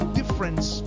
difference